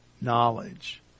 knowledge